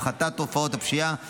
הפחתת תופעות הפשיעה והאלימות,